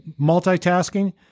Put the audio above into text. multitasking